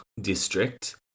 district